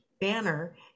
banner